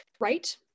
right